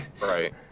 Right